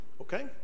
Okay